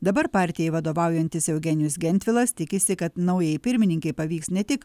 dabar partijai vadovaujantis eugenijus gentvilas tikisi kad naujai pirmininkei pavyks ne tik